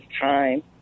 time